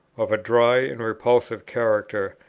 of a dry and repulsive character,